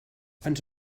ens